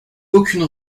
aucune